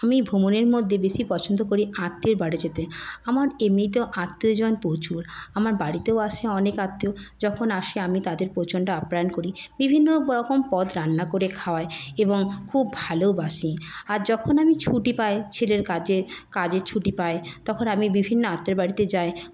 আমি ভ্রমণের মধ্যে বেশি পছন্দ করি আত্মীয়র বাড়ি যেতে আমার এমনিতেও আত্মীয়জন প্রচুর আমার বাড়িতেও আসে অনেক আত্মীয় যখন আসে আমি তাদের প্রচণ্ড আপ্যায়ন করি বিভিন্ন রকম পদ রান্না করে খাওয়াই এবং খুব ভালবাসি আর যখন আমি ছুটি পাই ছেলের কাজের কাজের ছুটি পায় তখন আমি বিভিন্ন আত্মীয়র বাড়িতে যাই